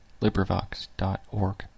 LibriVox.org